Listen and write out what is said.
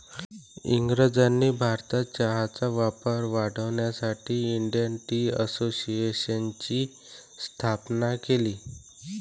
इंग्रजांनी भारतात चहाचा वापर वाढवण्यासाठी इंडियन टी असोसिएशनची स्थापना केली